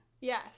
yes